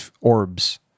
orbs